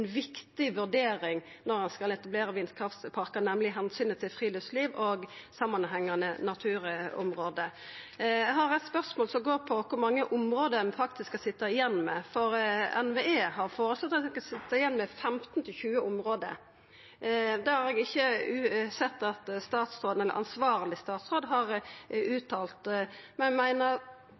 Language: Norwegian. skal etablera vindkraftparkar, nemleg omsynet til friluftsliv og samanhengande naturområde. Eg har eit spørsmål som går på kor mange område ein faktisk skal sitja igjen med, for NVE har føreslått at ein skal sitja igjen med 15–20 område. Det har eg ikkje sett at ansvarleg statsråd har sagt, men meiner